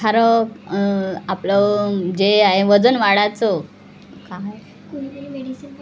खारक आपलं जे आहे वजन वाढायचं काय